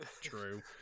True